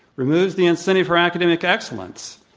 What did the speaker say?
removes the incentive for academic excellence.